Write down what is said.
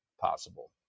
possible